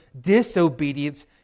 disobedience